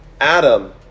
Adam